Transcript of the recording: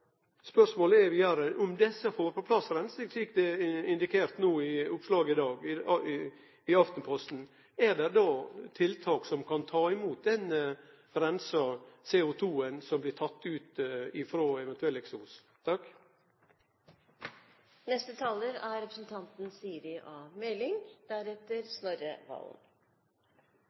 Spørsmålet er vidare om dei får på plass reinsing, slik det er indikert i eit oppslag i dag i Aftenposten. Er det då tiltak som kan ta imot denne reinsa CO2-en, som blir teken ut frå eksos? Jeg vil først rette en takk